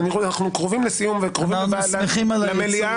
אנחנו קרובים לסיום וקרובים למליאה.